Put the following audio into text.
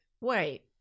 wait